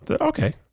Okay